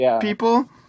people